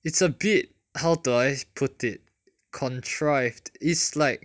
it's a bit how do I put it contrived it's like